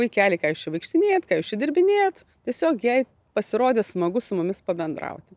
vaikeli ką jūs čia vaikštinėjat ką jūs čia dirbinėjat tiesiog jai pasirodė smagu su mumis pabendrauti